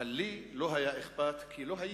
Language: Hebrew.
אבל לי לא היה אכפת, כי אני לא הייתי.